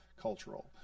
cultural